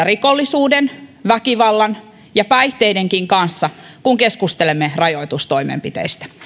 rikollisuuden väkivallan ja päihteidenkin kanssa kun keskustelemme rajoitustoimenpiteistä